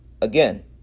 Again